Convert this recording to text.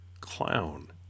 clown